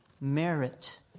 merit